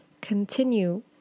continue